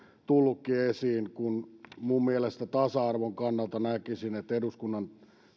tullutkin esiin kun tasa arvon kannalta näkisin että eduskunnan